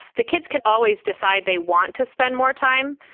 the kids can always decide they want to spend more time.